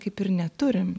kaip ir neturim